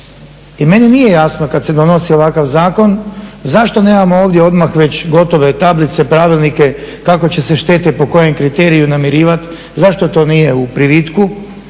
I meni nije jasno kad se donosi ovakav zakon zašto nemamo ovdje odmah već gotove tablice, pravilnike kako će se štete, po kojem kriteriju namirivati, zašto to nije u privitku,